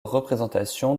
représentation